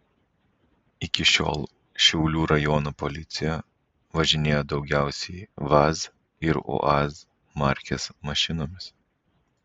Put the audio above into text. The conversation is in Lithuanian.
iki šiol šiaulių rajono policija važinėjo daugiausiai vaz ir uaz markės mašinomis